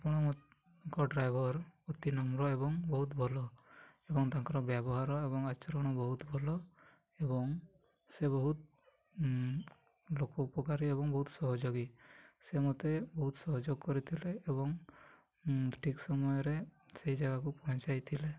ଆପଣଙ୍କ ଡ୍ରାଇଭର୍ ଅତି ନମ୍ର ଏବଂ ବହୁତ ଭଲ ଏବଂ ତାଙ୍କର ବ୍ୟବହାର ଏବଂ ଆଚରଣ ବହୁତ ଭଲ ଏବଂ ସେ ବହୁତ ଲୋକ ଉପକାରୀ ଏବଂ ବହୁତ ସହଯୋଗୀ ସେ ମୋତେ ବହୁତ ସହଯୋଗ କରିଥିଲେ ଏବଂ ଠିକ୍ ସମୟରେ ସେଇ ଜାଗାକୁ ପହଞ୍ଚାଇ ଥିଲେ